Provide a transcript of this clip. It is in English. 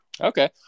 Okay